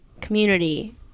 community